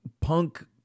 punk